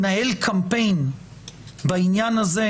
לנהל קמפיין בעניין הזה,